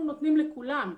אנחנו נותנים לכולם.